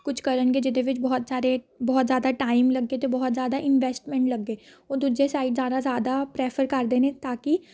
ਕੁਛ ਕਰਨਗੇ ਜਿਹਦੇ ਵਿੱਚ ਬਹੁਤ ਸਾਰੇ ਬਹੁਤ ਜ਼ਿਆਦਾ ਟਾਈਮ ਲੱਗੇ ਅਤੇ ਬਹੁਤ ਜ਼ਿਆਦਾ ਇਨਵੈਸਟਮੈਂਟ ਲੱਗੇ ਉਹ ਦੂਜੇ ਸਾਈਡ ਜਾਣਾ ਜ਼ਿਆਦਾ ਪ੍ਰੈਫਰ ਕਰਦੇ ਨੇ ਤਾਂ ਕਿ